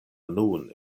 nun